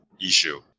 issue